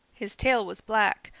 his tail was black,